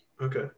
okay